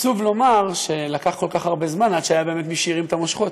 עצוב לומר שלקח כל כך הרבה זמן עד שהיה באמת מי שהרים את המושכות.